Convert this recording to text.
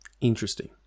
Interesting